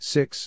Six